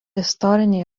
istoriniai